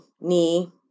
knee